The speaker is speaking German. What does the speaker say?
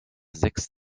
sechs